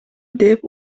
деп